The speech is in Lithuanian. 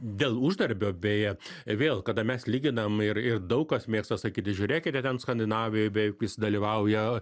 dėl uždarbio beje vėl kada mes lyginam ir ir daug kas mėgsta sakyti žiūrėkite ten skandinavijoj beveik visi dalyvauja